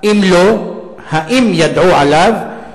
3. אם לא, האם ידעו עליו?